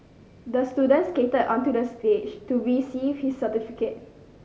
the student skated onto the stage to receive his certificate